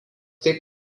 taip